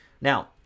now